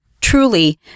truly